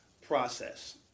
process